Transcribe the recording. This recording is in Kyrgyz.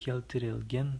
келтирилген